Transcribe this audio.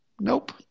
Nope